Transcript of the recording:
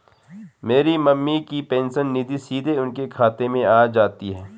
मेरी मम्मी की पेंशन निधि सीधे उनके खाते में आ जाती है